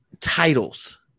Titles